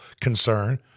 concern